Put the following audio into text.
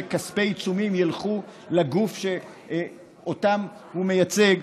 שכספי עיצומים ילכו לגוף שאותם הוא מייצג,